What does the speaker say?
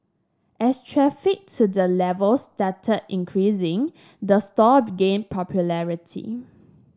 as traffic to the level started increasing the store begin popularity